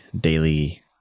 daily